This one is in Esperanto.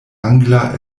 angla